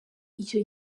icyo